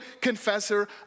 confessor